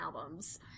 albums